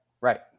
right